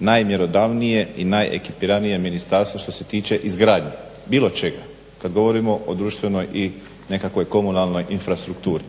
najmjerodavnije i najekipiranije ministarstvo što se tiče izgradnje bilo čega kad govorimo o društvenoj i nekakvoj komunalnoj infrastrukturi.